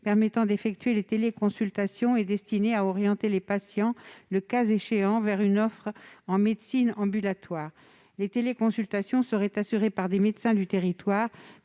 permettant d'effectuer les téléconsultations, afin d'orienter les patients, le cas échéant, vers une offre en de médecine ambulatoire. Les téléconsultations seraient assurées par des médecins du territoire,